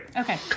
Okay